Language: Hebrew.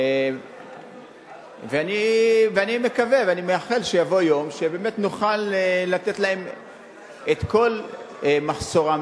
אני מקווה ואני מייחל שיבוא יום שנוכל להשלים להם את כל מחסורם,